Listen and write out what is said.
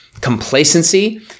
complacency